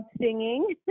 singing